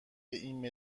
این